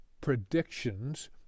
predictions